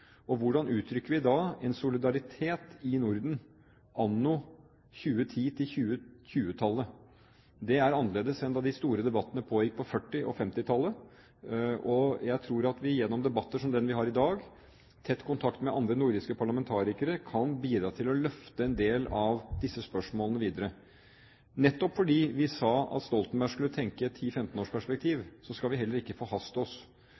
EU. Hvordan uttrykker vi da en solidaritet i Norden anno 2010 til 2020-tallet? Det er annerledes enn da de store debattene pågikk på 1940- og 1950-tallet. Jeg tror at vi gjennom debatter som den vi har i dag, og med tett kontakt med andre nordiske parlamentarikere kan bidra til å løfte en del av disse spørsmålene videre. Nettopp fordi vi sa at Stoltenberg skulle tenke i et 10–15-års perspektiv, skal vi heller ikke forhaste oss.